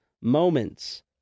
Moments